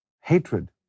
hatred